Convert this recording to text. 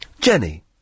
Jenny